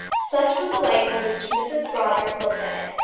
such was the light in which mrs brodrick looked at it.